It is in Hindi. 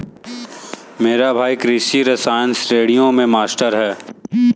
मेरा भाई कृषि रसायन श्रेणियों में मास्टर है